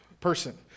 person